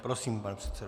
Prosím, pane předsedo.